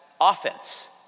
offense